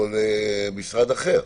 כל משרד אחר?